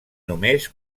només